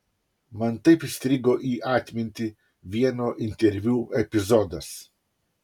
man taip įstrigo į atmintį vieno interviu epizodas